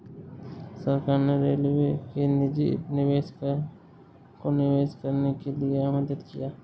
सरकार ने रेलवे में निजी निवेशकों को निवेश करने के लिए आमंत्रित किया